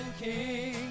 King